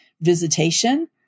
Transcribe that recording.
visitation